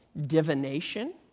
divination